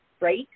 right